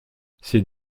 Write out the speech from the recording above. ces